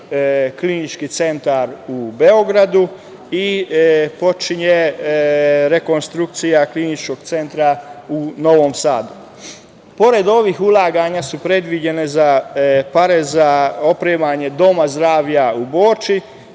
Klinički centar u Beogradu i počinje rekonstrukcija Kliničkog centra u Novom Sadu. Pored ovih ulaganja, predviđene su pare za opremanje Doma zdravlja u Borči